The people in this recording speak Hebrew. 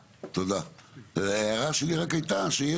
ההערה שלי רק הייתה,